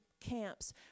camps